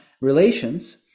relations